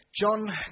John